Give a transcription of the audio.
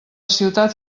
ciutat